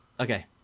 Okay